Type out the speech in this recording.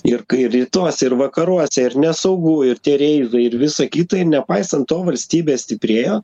ir kai rytuose ir vakaruose ir nesaugu ir tie reidai ir visa kita ir nepaisant to valstybė stiprėjo